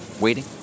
waiting